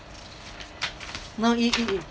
no it it